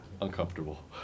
Uncomfortable